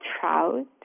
trout